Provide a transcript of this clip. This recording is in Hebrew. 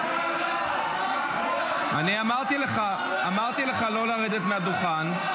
--- אני אמרתי לך לא לרדת מהדוכן.